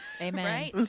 Amen